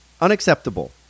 Unacceptable